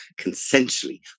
consensually